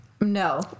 no